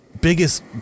biggest